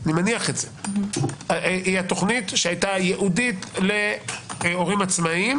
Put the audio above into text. היא הייתה תכנית ייעודית להורים עצמאים